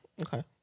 Okay